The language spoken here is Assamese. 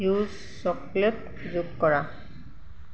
ফিউচ চকলেট যোগ কৰা